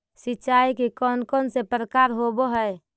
सिंचाई के कौन कौन से प्रकार होब्है?